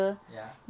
ya